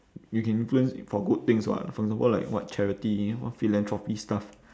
you can influence for good things [what] for example like what charity what philanthropy stuff